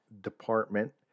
department